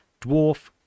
dwarf